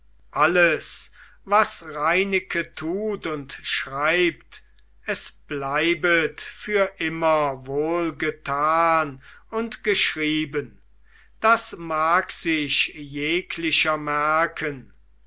alles was reineke tut und schreibt es bleibet für immer wohlgetan und geschrieben das mag sich jeglicher merken